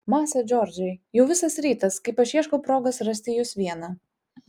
masa džordžai jau visas rytas kaip aš ieškau progos rasti jus vieną